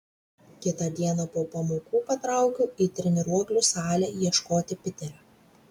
kitą dieną po pamokų patraukiau į treniruoklių salę ieškoti piterio